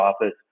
office